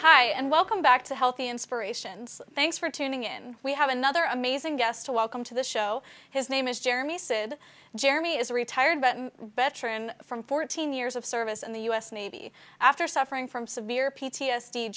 hi and welcome back to healthy inspirations thanks for tuning in we have another amazing guest to welcome to the show his name is jeremy said jeremy is a retired but veteran from fourteen years of service in the u s navy after suffering from severe p t s